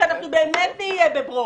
כשאנחנו באמת נהיה בברוך.